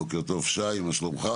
בוקר טוב, שי, מה שלומך?